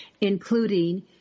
including